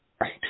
Right